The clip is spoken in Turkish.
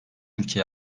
ülke